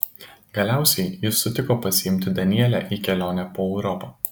galiausiai jis sutiko pasiimti danielę į kelionę po europą